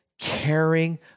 Caring